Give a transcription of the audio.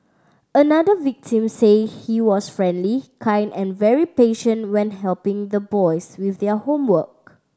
another victim said he was friendly kind and very patient when helping the boys with their homework